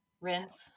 Rinse